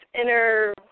inner